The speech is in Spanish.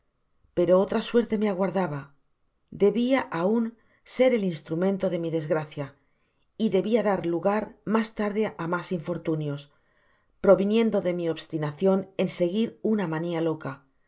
pero otra suerte me aguardaba debia aun ser el instrumento de mi desgracia y debia dar lugar mas tarde á mis infortunios proviniendo de mi obstinacion ea seguir una manía loca me